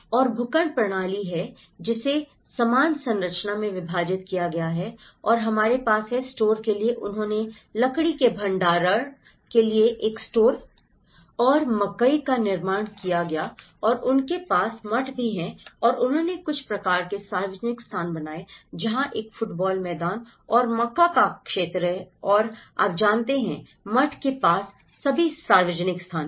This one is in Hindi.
और भूखंड प्रणाली है जिसे समान संरचना में विभाजित किया गया है और हमारे पास है स्टोर के लिए उन्होंने लकड़ी के भंडारण के लिए एक स्टोर और मकई का निर्माण किया और उनके पास मठ भी है और उन्होंने कुछ प्रकार के सार्वजनिक स्थान बनाए जहाँ एक फुटबॉल मैदान और मक्का है क्षेत्र और आप जानते हैं मठ के पास सभी सार्वजनिक स्थान हैं